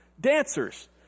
Dancers